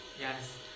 Yes